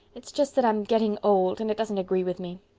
it's just that i'm getting old and it doesn't agree with me.